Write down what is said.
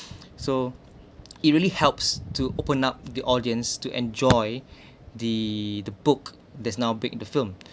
so it really helps to open up the audience to enjoy the the book there's now big into film